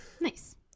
Nice